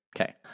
Okay